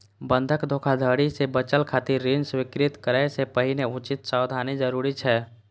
बंधक धोखाधड़ी सं बचय खातिर ऋण स्वीकृत करै सं पहिने उचित सावधानी जरूरी छै